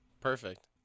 perfect